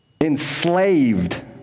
Enslaved